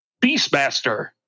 Beastmaster